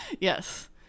yes